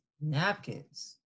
napkins